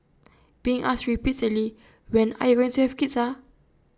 being asked repeatedly when are you going to have kids ah